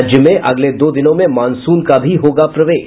राज्य में अगले दो दिनों में मॉनसून का भी होगा प्रवेश